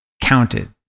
counted